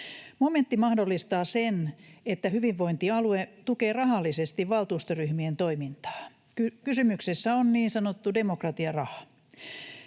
Momentti mahdollistaa sen, että hyvinvointialue tukee rahallisesti valtuustoryhmien toimintaa. Kysymyksessä on niin sanottu demokratiaraha.